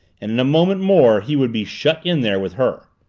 and in a moment more he would be shut in there with her.